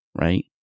Right